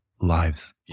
lives